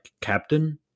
captain